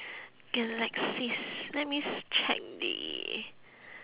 galaxis let me check the